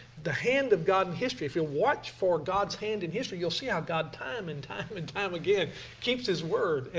the hand of god in and history if you'll watch for god's hand in history you'll see how god time, and time, and time again keeps his word. and